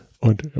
Und